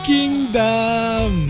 Kingdom